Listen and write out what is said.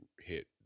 hit